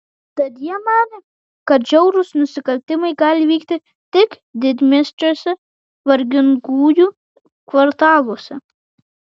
tad jie manė kad žiaurūs nusikaltimai gali vykti tik didmiesčiuose vargingųjų kvartaluose